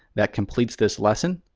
that completes this lesson,